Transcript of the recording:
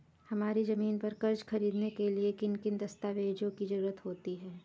हमारी ज़मीन पर कर्ज ख़रीदने के लिए किन किन दस्तावेजों की जरूरत होती है?